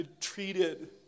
treated